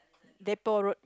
Depot Road